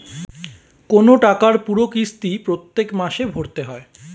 কোন টাকার পুরো কিস্তি প্রত্যেক মাসে ভরতে হয়